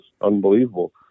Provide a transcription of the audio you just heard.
unbelievable